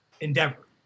endeavor